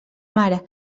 mare